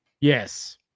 Yes